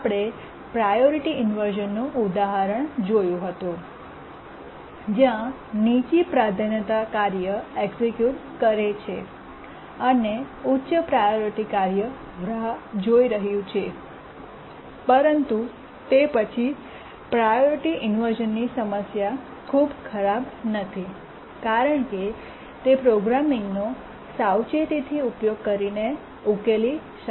આપણે પ્રાયોરિટી ઇન્વર્શ઼નનું ઉદાહરણ જોયું હતું જ્યાં નીચી પ્રાધાન્યતા કાર્ય એક્સિક્યૂટ કરે છે અને ઉચ્ચ પ્રાયોરિટી કાર્ય રાહ જોઈ રહ્યું છે પરંતુ તે પછી પ્રાયોરિટી ઇન્વર્શ઼ન ની સમસ્યા ખૂબ ખરાબ નથી કારણ કે તે પ્રોગ્રામિંગનો સાવચેતીથી ઉપયોગ કરીને ઉકેલી શકાય છે